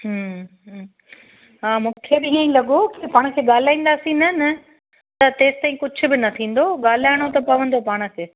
हूं हूं हा मूंखे बि ईअं ई लॻो के पाण खे ॻाल्हाईंदासीं न न त तेसिताईं कुझु बि न थींदो ॻाल्हाइणो त पवंदो पाण खे